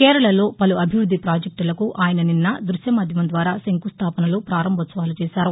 కేరళలో పలు అభివృద్ది ప్రాజెక్టులకు ఆయన నిన్న దృశ్యమాద్యమం ద్వారా శంకుస్థాపనలు పారంభోత్సవాలు చేశారు